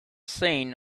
seen